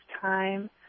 time